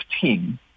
team